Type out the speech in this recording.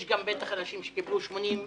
יש גם בטח אנשים שקיבלו 80,